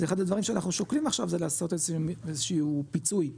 ואחד הדברים שאנחנו שוקלים עכשיו זה לעשות איזשהו פיצוי,